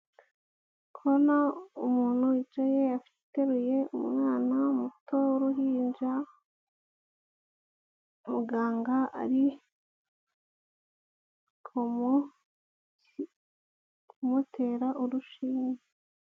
Kubona umuntu wicaye ateruye umwana muto w'uruhinja, muganga ari kumu kumutera urushinge.